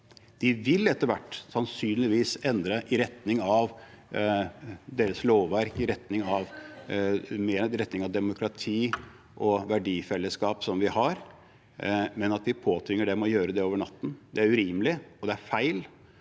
De vil etter hvert sannsynligvis endre sitt lovverk mer i retning av demokrati og verdifellesskap som vi har, men at vi påtvinger dem å gjøre det over natten, er urimelig, og det er feil.